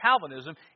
Calvinism